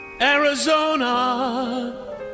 Arizona